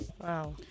Wow